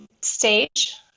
stage